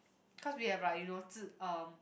cause we have like you know um